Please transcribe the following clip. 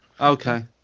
okay